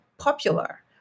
Popular